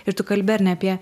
ir tu kalbi ar ne apie